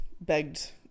begged